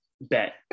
bet